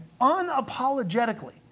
Unapologetically